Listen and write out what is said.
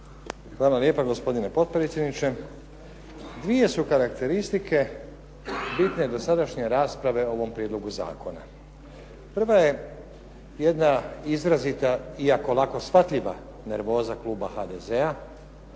Hvala lijep gospodine potpredsjedniče. Dvije su karakteristike bitne dosadašnje rasprave o ovom prijedlogu zakona. Prva je jedna izrazita iako lako shvatljiva nervoza kluba HDZ-a